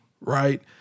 right